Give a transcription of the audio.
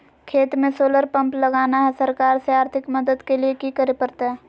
खेत में solar pump लगाना है, सरकार से आर्थिक मदद के लिए की करे परतय?